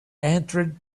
entered